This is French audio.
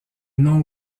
nom